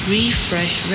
Refresh